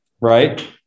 Right